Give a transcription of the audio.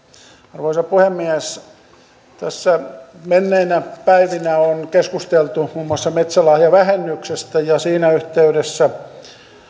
arvoisa puhemies tässä menneinä päivinä on keskusteltu muun muassa metsälahjavähennyksestä ja siinä yhteydessä